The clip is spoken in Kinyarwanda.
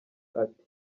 ati